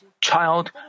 child